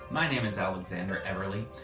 my name is alexander everley.